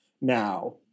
now